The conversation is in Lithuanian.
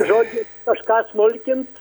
žodžiu kažką smulkint